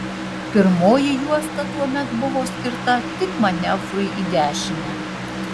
pirmoji juosta tuomet buvo skirta tik manevrui į dešinę